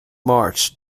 march